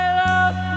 love